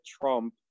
Trump